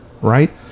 right